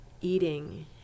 eating